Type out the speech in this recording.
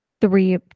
three